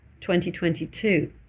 2022